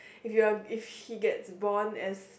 if you're if he gets born as